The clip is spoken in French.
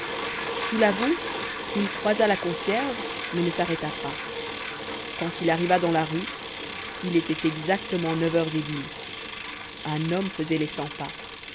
sous la voûte il croisa la concierge mais ne s'arrêta pas quand il arriva dans la rue il était exactement neuf heures et demie un homme faisait les